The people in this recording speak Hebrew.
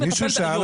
נטפל באיו"ש.